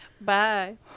bye